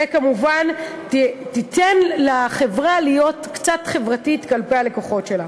וכמובן תיתן לחברה להיות קצת חברתית כלפי הלקוחות שלה.